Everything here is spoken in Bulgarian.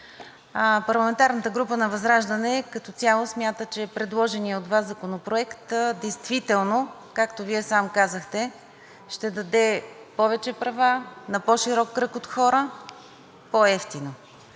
парламентарната група на ВЪЗРАЖДАНЕ като цяло смята, че предложеният от Вас Законопроект действително, както Вие сам казахте, ще даде повече права на по-широк кръг от хора, по-евтино.